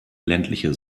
ländliche